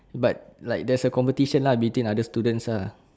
but like there's a competition lah between other students lah